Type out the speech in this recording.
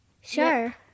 Sure